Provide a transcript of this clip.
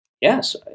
yes